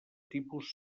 tipus